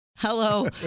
Hello